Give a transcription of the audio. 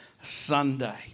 Sunday